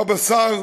"בבשר,